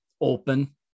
open